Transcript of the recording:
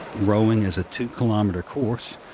rowing is a two-kilometer course.